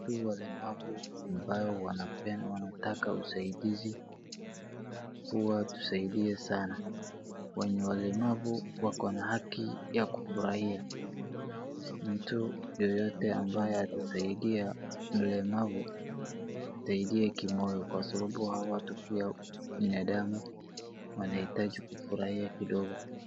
Watu walemavu ambao wanataka usaidizi tuwasaidie sana. Wenye ni walemavu wakona haki ya kufurahia. Mtu yeyote ambaye atasaidia mlemavu asaidie kimoyo kwasababu hawa watu pia ni binadamu na wanahitaji kufurahia kidogo.